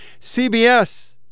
CBS